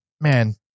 man